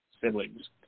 siblings